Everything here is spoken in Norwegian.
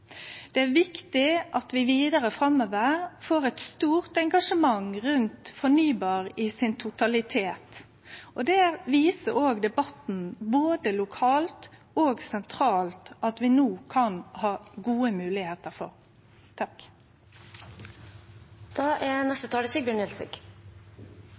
viktig at vi vidare framover får eit stort engasjement rundt fornybar i ein totalitet. Det viser debatten både lokalt og sentralt at vi no kan ha gode moglegheiter for. Motstanden mot vindkraft på land er